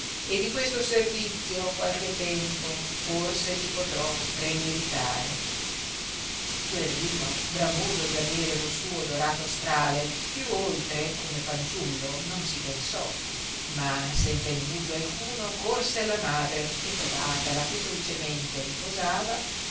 e di questo servizio a qualche tempo forse ti potrò remeritare guerrino bramoso di avere lo suo dorato strale più oltre come fanciullo non si pensò ma senza indugio alcuno corse alla madre e trovatala che dolcemente riposava